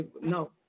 no